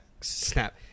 snap